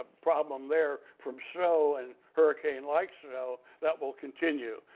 problem there from snow and hurricane-like snow that will continue.